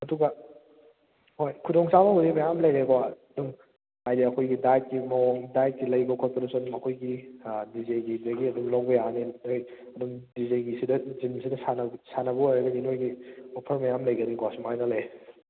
ꯑꯗꯨꯒ ꯍꯣꯏ ꯈꯨꯗꯣꯡ ꯆꯕꯕꯨꯗꯤ ꯃꯌꯥꯝ ꯂꯩꯔꯦꯀꯣ ꯑꯗꯨꯝ ꯍꯥꯏꯗꯤ ꯑꯈꯣꯏꯒꯤ ꯗꯥꯏꯠꯀꯤ ꯃꯑꯣꯡ ꯗꯥꯏꯠꯀꯤ ꯂꯩꯕ ꯈꯣꯠꯄꯗꯨꯁꯨ ꯑꯗꯨꯝ ꯑꯈꯣꯏꯒꯤ ꯗꯤ ꯖꯦꯒꯤꯗꯒꯤ ꯑꯗꯨꯝ ꯂꯧꯕ ꯌꯥꯔꯅꯤ ꯑꯗꯨꯝ ꯗꯤ ꯖꯦꯒꯤꯁꯤꯗ ꯖꯤꯝꯁꯤꯗ ꯁꯥꯟꯅꯕ ꯑꯣꯏꯔꯒꯗꯤ ꯅꯣꯏꯒꯤ ꯑꯣꯐꯔ ꯃꯌꯥꯝ ꯂꯩꯒꯅꯤꯀꯣ ꯁꯨꯃꯥꯏꯅ ꯂꯩ